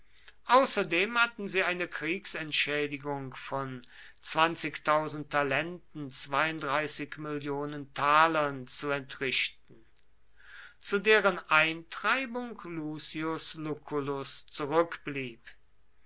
außerdem hatten sie eine kriegsentschädigungen mill talern zu entrichten zu deren eintreibung lucius lucullus zurückblieb